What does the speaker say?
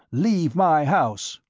leave my house.